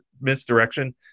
misdirection